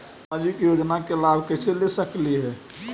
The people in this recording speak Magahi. सामाजिक योजना के लाभ कैसे ले सकली हे?